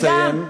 נא לסיים.